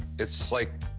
it's, like,